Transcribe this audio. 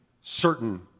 certain